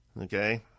Okay